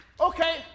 Okay